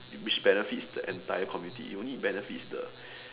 which benefits the entire community it only benefits the